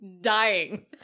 dying